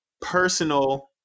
personal